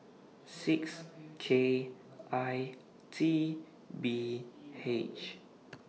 six K I T B H